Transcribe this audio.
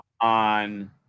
on